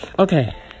Okay